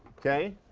okay?